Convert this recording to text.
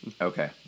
Okay